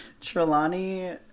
Trelawney